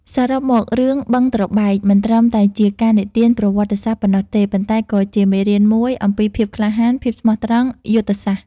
សរុបមក រឿង "បឹងត្របែក" មិនត្រឹមតែជាការនិទានប្រវត្តិសាស្ត្រប៉ុណ្ណោះទេ ប៉ុន្តែក៏ជាមេរៀនមួយអំពីភាពក្លាហាន ភាពស្មោះត្រង់ យុទ្ធសាស្ត្រ។